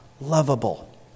lovable